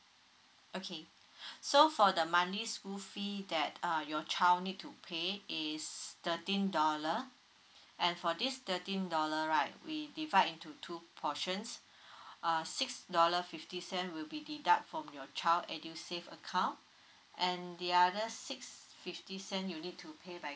okay so for the monthly school fee that uh your child need to pay is thirteen dollar and for this thirteen dollar right we divide into two portions err six dollar fifty cent will be deduct from your child edusave account and the other six fifty cent you need to pay by